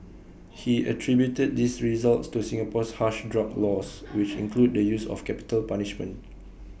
he attributed these results to Singapore's harsh drug laws which include the use of capital punishment